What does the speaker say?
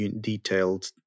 detailed